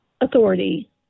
authority